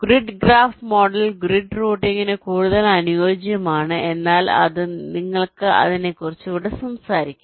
grid graph model grid റൂട്ടിംഗിന് കൂടുതൽ അനുയോജ്യമാണ് എന്നാൽ നിങ്ങൾ അതിനെക്കുറിച്ച് ഇവിടെ സംസാരിക്കും